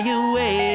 away